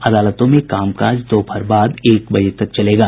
अदालतों में काम काज दोपहर बाद एक बजे तक चलेगा